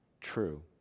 true